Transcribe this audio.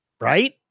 Right